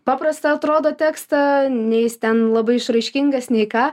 paprastą atrodo tekstą nei jis ten labai išraiškingas nei ką